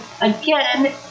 again